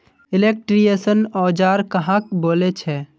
Electrician औजार कहाक बोले छे?